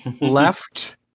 left